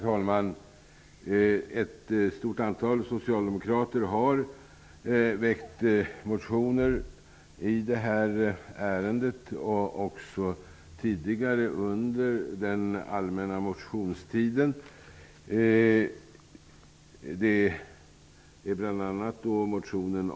Herr talman! Ett stort antal socialdemokrater har väckt motioner i det här ärendet och även tidigare under den allmänna motionstiden.